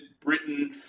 Britain